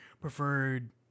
preferred